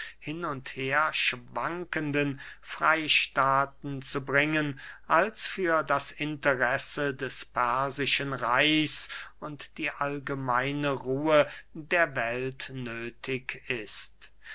hin und her schwankenden freystaaten zu bringen als für das interesse des persischen reichs und die allgemeine ruhe der welt nöthig ist